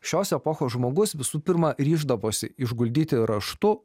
šios epochos žmogus visų pirma ryždavosi išguldyti raštu